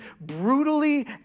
brutally